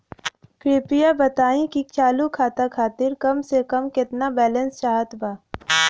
कृपया बताई कि चालू खाता खातिर कम से कम केतना बैलैंस चाहत बा